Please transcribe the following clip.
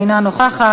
אינה נוכחת,